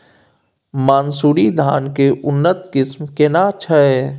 मानसुरी धान के उन्नत किस्म केना छै?